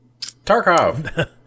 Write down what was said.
Tarkov